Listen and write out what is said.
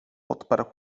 odparł